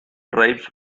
drives